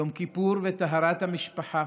יום כיפור וטהרת המשפחה,